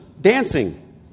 dancing